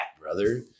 brother